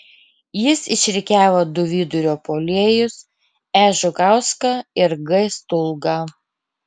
jis išrikiavo du vidurio puolėjus e žukauską ir g stulgą